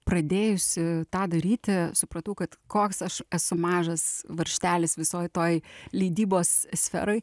pradėjusi tą daryti supratau kad koks aš esu mažas varžtelis visoj toj leidybos sferoj